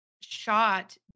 shot